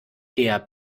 der